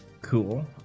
cool